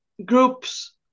groups